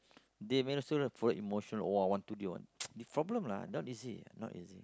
they married also follow emotion !wah! I want today one problem ah not easy not easy